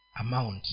amount